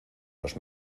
los